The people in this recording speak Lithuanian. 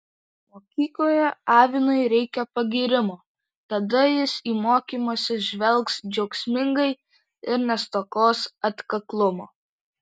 mokykloje avinui reikia pagyrimo tada jis į mokymąsi žvelgs džiaugsmingai ir nestokos atkaklumo